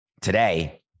today